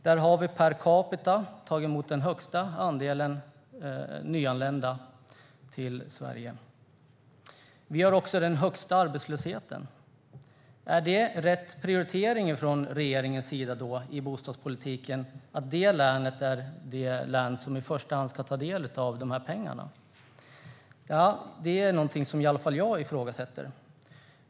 Där har vi per capita tagit emot den största andelen nyanlända till Sverige. Vi har också den högsta arbetslösheten. Är det då från regeringens sida rätt prioritering i bostadspolitiken att detta län är det som i första hand ska ta del av pengarna? Det är någonting som i alla fall jag ifrågasätter.